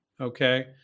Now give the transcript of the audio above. Okay